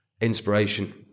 inspiration